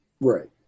Right